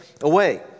away